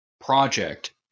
project